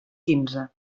quinze